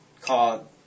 called